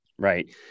Right